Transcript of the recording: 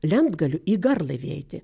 lentgaliu į garlaivį eiti